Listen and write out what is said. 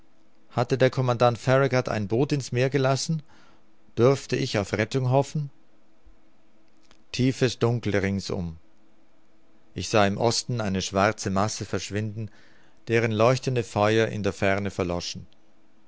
hatte der commandant farragut ein boot in's meer gelassen durste ich auf rettung hoffen tiefes dunkel ringsum ich sah im osten eine schwarze masse verschwinden deren leuchtende feuer in der ferne verloschen